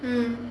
mm